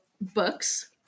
books